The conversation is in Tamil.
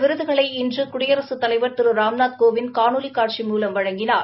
விருகுகளை இன்று இந்த குடியரசுத் தலைவர் திரு ராம்நாத் கோவிந்த் காணொலி காட்சி மூலம் வழங்கினார்